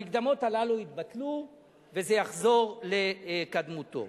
המקדמות הללו יתבטלו וזה יחזור לקדמותו.